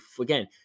again